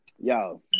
Yo